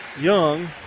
Young